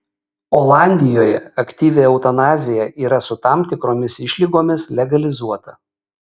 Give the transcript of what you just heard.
olandijoje aktyvi eutanazija yra su tam tikromis išlygomis legalizuota